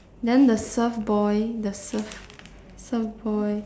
then the surf boy the surf surf boy